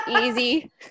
easy